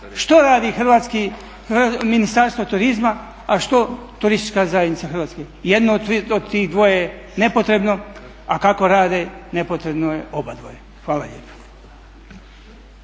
što radi Ministarstvo turizma, a što Hrvatska turistička zajednica? Jedno od tih dvoje je nepotrebno, a kako rade nepotrebno je oboje. Hvala lijepo.